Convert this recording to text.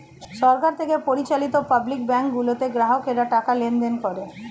সরকার থেকে পরিচালিত public bank গুলোতে গ্রাহকরা টাকা লেনদেন করে